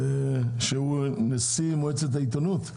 שהוא נשיא מועצת העיתונות.